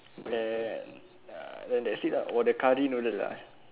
then ah then that's it lah or the curry noodle lah